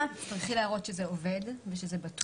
--- תצטרכי להראות שזה עובד ושזה בטוח.